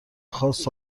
خاص